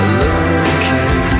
looking